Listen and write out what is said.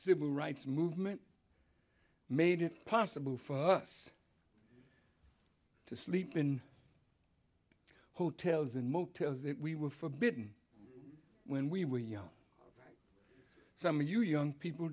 civil rights movement made it possible for us to sleep in hotels and motels we were forbidden when we were young some of you young people